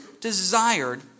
desired